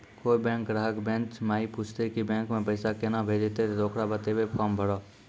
कोय बैंक ग्राहक बेंच माई पुछते की बैंक मे पेसा केना भेजेते ते ओकरा बताइबै फॉर्म भरो